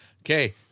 Okay